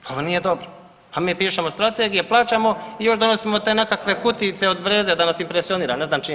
Pa ovo nije dobro, a mi pišemo strategije, plaćamo i još donosimo te nekakve kutijice od breze da vas impresionira ne znam čime.